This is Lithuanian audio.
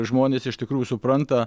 žmonės iš tikrųjų supranta